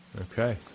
Okay